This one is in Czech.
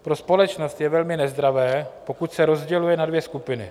Pro společnost je velmi nezdravé, pokud se rozděluje na dvě skupiny.